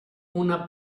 una